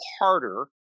harder